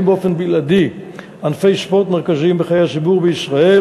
באופן בלעדי ענפי ספורט מרכזיים בחיי הציבור בישראל,